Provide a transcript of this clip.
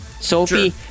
Sophie